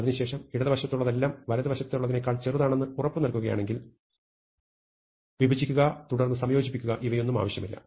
അതിനുശേഷം ഇടതുവശത്തുള്ളതെല്ലാം വലതു വശത്തുള്ളതിനേക്കാൾ ചെറുതാണെന്ന് ഉറപ്പുനൽകുകയാണെങ്കിൽ വിഭജിക്കുക തുടർന്ന് സംയോജിപ്പിക്കുക എന്നിവയൊന്നും ആവശ്യമില്ല